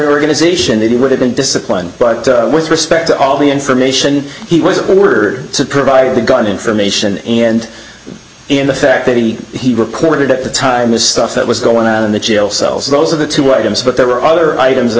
organization it would have been disciplined but with respect to all the information he was were provided the gun information and in the fact that he he reported at the time is stuff that was going on in the jail cells those are the two items but there were other items that